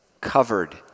covered